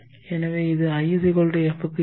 எனவே இது i f க்கு இருக்கும்